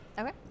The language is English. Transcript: Okay